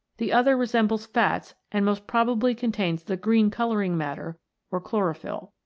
the other resembles fats and most probably contains the green colouring matter or chlorophyll.